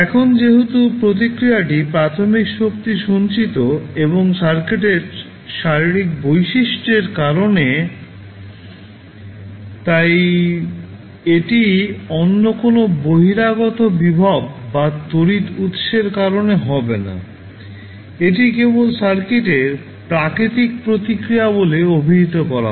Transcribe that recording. এখন যেহেতু প্রতিক্রিয়াটি প্রাথমিক শক্তি সঞ্চিত এবং সার্কিটের শারীরিক বৈশিষ্ট্যের কারণে তাই এটি অন্য কোনও বহিরাগত ভোল্টেজ বা তড়িৎ উত্সের কারণে হবে না এটি কেবল সার্কিটের প্রাকৃতিক প্রতিক্রিয়া বলে অভিহিত করা হয়